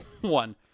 One